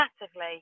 massively